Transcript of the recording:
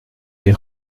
les